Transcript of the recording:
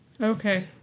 okay